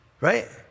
Right